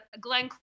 Glenn